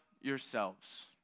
yourselves